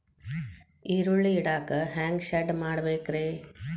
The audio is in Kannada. ಈರುಳ್ಳಿ ಇಡಾಕ ಹ್ಯಾಂಗ ಶೆಡ್ ಮಾಡಬೇಕ್ರೇ?